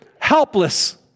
helpless